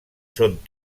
són